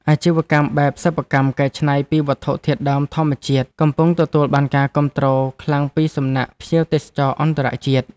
អាជីវកម្មបែបសិប្បកម្មកែច្នៃពីវត្ថុធាតុដើមធម្មជាតិកំពុងទទួលបានការគាំទ្រខ្លាំងពីសំណាក់ភ្ញៀវទេសចរអន្តរជាតិ។